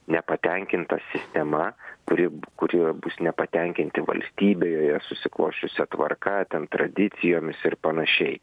nepatenkinta sistema kuri kurie bus nepatenkinti valstybėje susiklosčiusia tvarka ten tradicijomis ir panašiai